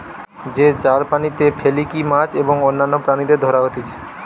যে জাল পানিতে ফেলিকি মাছ এবং অন্যান্য প্রাণীদের ধরা হতিছে